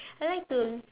I like to